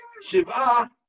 Shiva